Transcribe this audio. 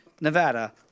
Nevada